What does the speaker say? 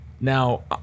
Now